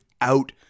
out